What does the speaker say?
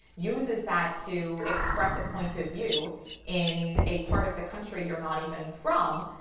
uses that to express a point of view in a part of the country you're not even from,